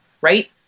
right